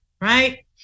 right